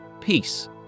peace